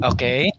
Okay